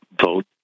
vote